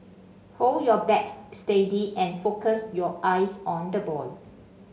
hold your bat steady and focus your eyes on the ball